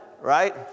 right